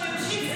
זה ממשיך,